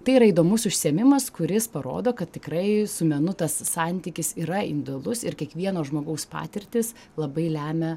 tai yra įdomus užsiėmimas kuris parodo kad tikrai su menu tas santykis yra indualus ir kiekvieno žmogaus patirtys labai lemia